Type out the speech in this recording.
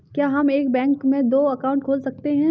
क्या हम एक बैंक में दो अकाउंट खोल सकते हैं?